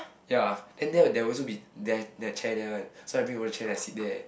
ya then there there'll also be there there chair there one so I bring own chair and sit there